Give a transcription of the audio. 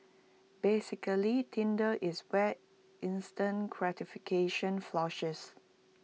basically Tinder is where instant gratification flourishes